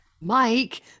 mike